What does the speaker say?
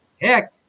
heck